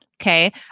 Okay